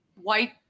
white